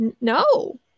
No